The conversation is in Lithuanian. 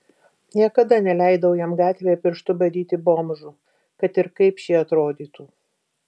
niekada neleidau jam gatvėje pirštu badyti bomžų kad ir kaip šie atrodytų